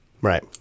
Right